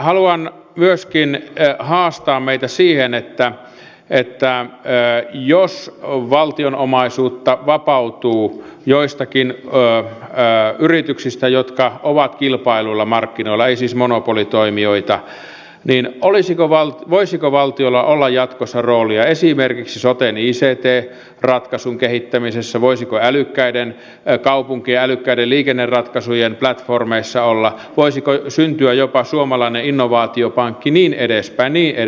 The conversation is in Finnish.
haluan myöskin haastaa meitä siihen että jos valtion omaisuutta vapautuu joistakin yrityksistä jotka ovat kilpailluilla markkinoilla eivät siis monopolitoimijoita niin voisiko valtiolla olla jatkossa roolia esimerkiksi soten ict ratkaisun kehittämisessä voisiko olla kaupunkien älykkäiden liikenneratkaisujen platformeissa voisiko syntyä jopa suomalainen innovaatiopankki ja niin edespäin ja niin edespäin